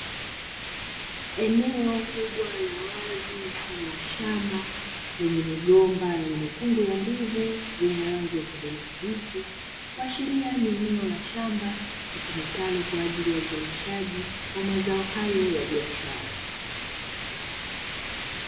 Eneo kubwa la wazi mfano wa shamba lenye migomba yenye mikungu ya ndizi zenye rangi ya kijani kibichi. Kuashiria ni eneo la shamba litumikalo kwa ajili ya uzalishaji wa mazao hayo ya biashara.